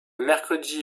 mercredi